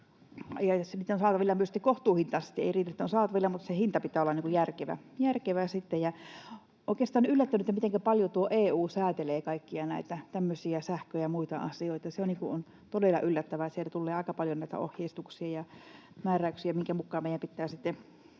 että on saatavilla, vaan se hinta pitää olla järkevä. Oikeastaan on yllättänyt, mitenkä paljon EU säätelee kaikkia näitä tämmöisiä, sähköä ja muita asioita. Se on todella yllättävää, että sieltä tulee aika paljon näitä ohjeistuksia ja määräyksiä, minkä mukaan meidän pitää